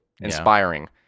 Inspiring